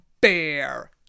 bear